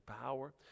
power